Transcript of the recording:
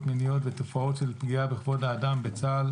מיניות ותופעות של פגיעה בכבוד האדם בצה"ל.